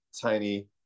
tiny